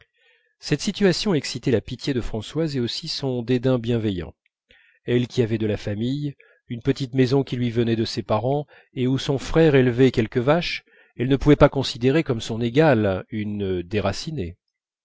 cette situation excitait la pitié de françoise et aussi son dédain bienveillant elle qui avait de la famille une petite maison qui lui venait de ses parents et où son frère élevait quelques vaches elle ne pouvait pas considérer comme son égale une déracinée